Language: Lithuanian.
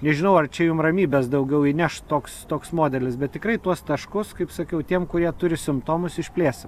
nežinau ar čia jum ramybės daugiau įneš toks toks modelis bet tikrai tuos taškus kaip sakiau tiem kurie turi simptomus išplėsim